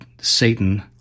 Satan